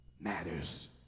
matters